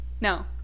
no